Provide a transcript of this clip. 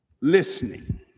listening